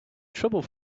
trouble